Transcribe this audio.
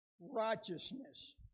righteousness